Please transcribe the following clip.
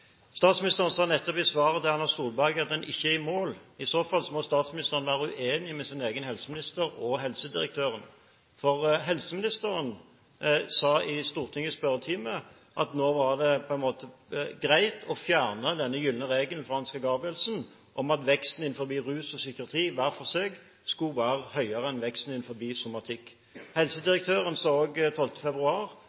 Statsministeren sa nettopp i svaret til Erna Solberg at en ikke er i mål. I så fall må statsministeren være uenig med sin egen helseminister og helsedirektøren, for helseministeren sa i Stortingets spørretime at nå var det på en måte greit å fjerne denne gylne regelen fra Ansgar Gabrielsen om at veksten innenfor rus og psykiatri hver for seg skulle være høyere enn veksten